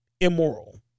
immoral